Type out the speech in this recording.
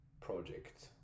project